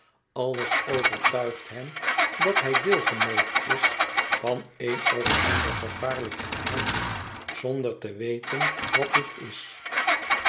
alles overtuigt hem dat hij deelgenoot is van een of ander gevaarlijk geheim zonder te wéten wat dit is